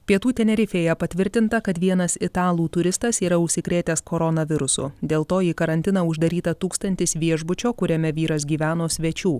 pietų tenerifėje patvirtinta kad vienas italų turistas yra užsikrėtęs koronavirusu dėl to į karantiną uždaryta tūkstantis viešbučio kuriame vyras gyveno svečių